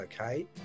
okay